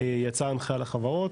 יצאה הנחייה לחברות